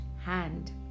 hand